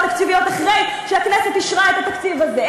תקציביות אחרי שהכנסת אישרה את התקציב הזה.